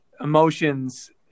emotions